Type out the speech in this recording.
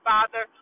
Father